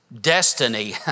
destiny